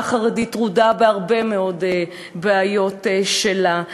החרדית טרודה בהרבה מאוד בעיות שלה.